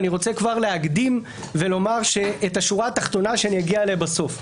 אני רוצה כבר להקדים ולומר מה השורה התחתונה שאני אגיע אליה בסוף.